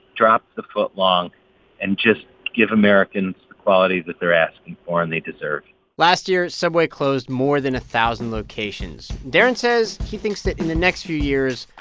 drop the footlong and just give americans quality that they're asking for and they deserve last year, subway closed more than a thousand locations. darren says he thinks that in the next few years,